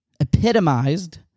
epitomized